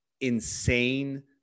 insane